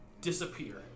disappear